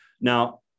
Now